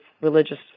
religious